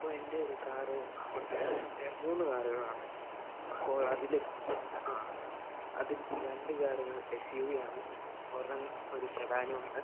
അപ്പോള് എന്റെയൊരു കാര് ഉണ്ട് മൂന്ന് കാറുകളാണ് അപ്പോളതില് ആ അതിൽ രണ്ട് കാറുകൾ എസ് യു വി ആണ് ഒരെണം ഒരു സെഡാനുമാണ്